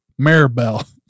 Maribel